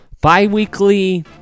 bi-weekly